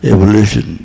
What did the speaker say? Evolution